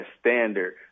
standard